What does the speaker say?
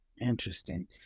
Interesting